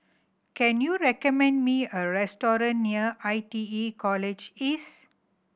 can you recommend me a restaurant near I T E College East